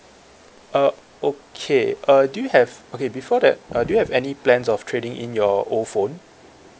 uh okay uh do you have okay before that uh do you have any plans of trading in your old phone